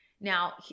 now